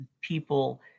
people